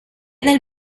nel